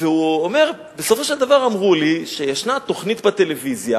והוא אומר: בסופו של דבר אמרו לי שיש תוכנית בטלוויזיה